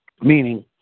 meaning